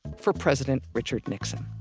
for president richard nixon